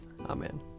Amen